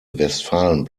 westfalen